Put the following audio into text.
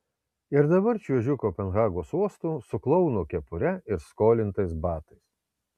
ir dabar čiuožiu kopenhagos uostu su klouno kepure ir skolintais batais